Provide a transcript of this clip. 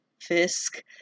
Fisk